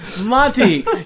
Monty